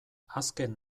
azken